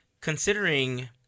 considering